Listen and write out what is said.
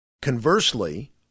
Conversely